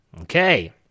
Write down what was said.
Okay